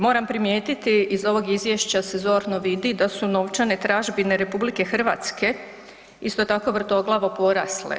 Moram primijetiti iz ovog izvješća se zorno vidi da su novčane tražbine RH isto tako vrtoglavo porasle.